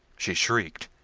she shrieked,